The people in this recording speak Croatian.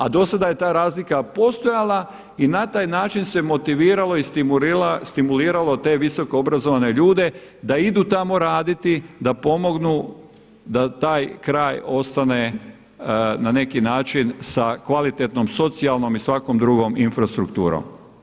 A do sada je ta razlika postojala i na taj način se motiviralo i stimuliralo te visoko obrazovne ljude da idu tamo raditi, da pomognu, da taj kraj ostane na neki način sa kvalitetnom socijalnom i svakom drugom infrastrukturom.